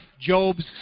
Job's